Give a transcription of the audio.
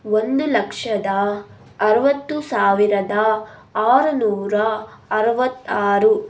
ಒಂದು ಲಕ್ಷದ ಅರವತ್ತು ಸಾವಿರದ ಆರುನೂರ ಅರವತ್ತಾರು